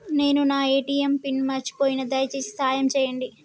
నేను నా ATM PIN మర్చిపోయిన, దయచేసి సాయం చేయండి